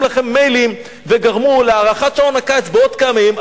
לכם מיילים וגרמו להארכת שעון הקיץ בעוד כמה ימים.